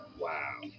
Wow